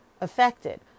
affected